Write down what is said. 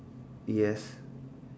yes